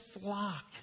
flock